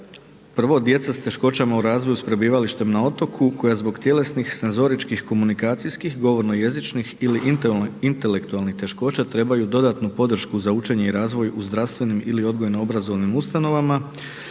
prvo djeca s teškoćama u razvoju sa prebivalištem na otoku koja zbog tjelesnih, senzoričkih, komunikacijskih, govorno-jezičnih ili intelektualnih teškoća, trebaju dodatnu podršku za učenje i razvoj u zdravstvenim ili odgojno-obrazovnim ustanovama